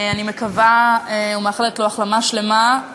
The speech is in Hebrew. אני מאחלת לו החלמה שלמה,